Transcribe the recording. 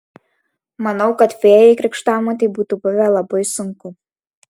manau kad fėjai krikštamotei būtų buvę labai sunku